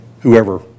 whoever